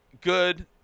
good